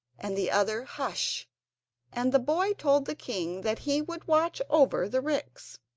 and the other hush and the boy told the king that he would watch over the ricks.